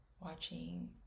watching